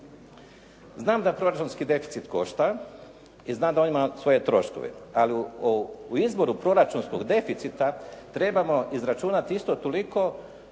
Znam da proračunski deficit košta i znam da on ima svoje troškove. Ali u izboru proračunskog deficita trebamo izračunati isto toliko